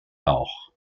rauch